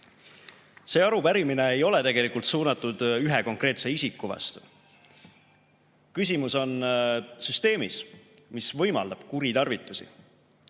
See arupärimine ei ole tegelikult suunatud ühe konkreetse isiku vastu. Küsimus on süsteemis, mis võimaldab kuritarvitusi.